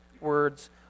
words